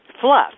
fluff